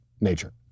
nature